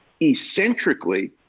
eccentrically